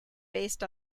based